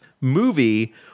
movie